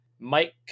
Mike